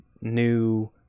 new